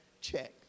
check